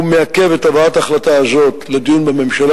ומעכב את הבאת ההחלטה הזאת לדיון בממשלה.